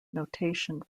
notation